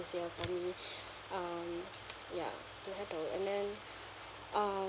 easier for me um ya to have uh and then um